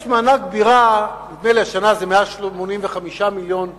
נדמה לי שהשנה זה 185 מיליון שקלים.